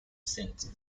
since